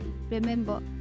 Remember